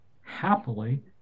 happily